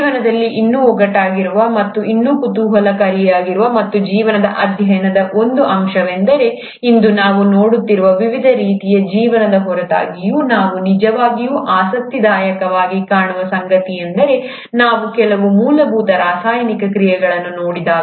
ಜೀವನದಲ್ಲಿ ಇನ್ನೂ ಒಗಟಾಗಿರುವ ಮತ್ತು ಇನ್ನೂ ಕುತೂಹಲಕಾರಿಯಾಗಿರುವ ಮತ್ತು ಜೀವನದ ಅಧ್ಯಯನದ ಒಂದು ಅಂಶವೆಂದರೆ ಇಂದು ನಾವು ನೋಡುತ್ತಿರುವ ವಿವಿಧ ರೀತಿಯ ಜೀವನದ ಹೊರತಾಗಿಯೂ ನಾವು ನಿಜವಾಗಿಯೂ ಆಸಕ್ತಿದಾಯಕವಾಗಿ ಕಾಣುವ ಸಂಗತಿಯೆಂದರೆ ನಾವು ಕೆಲವು ಮೂಲಭೂತ ರಾಸಾಯನಿಕ ಕ್ರಿಯೆಗಳನ್ನು ನೋಡಿದಾಗ